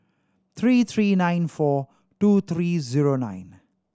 three three nine four two three zero nine